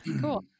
Cool